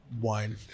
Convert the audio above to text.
wine